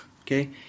okay